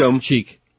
cheek